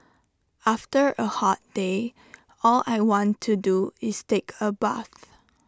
after A hot day all I want to do is take A bath